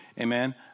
amen